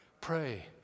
pray